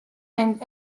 and